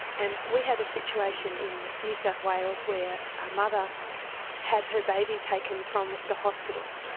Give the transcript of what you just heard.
and we had a situation in new south wales where a mother had her baby taken from the hospital.